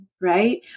right